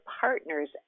partner's